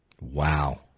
Wow